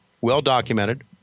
well-documented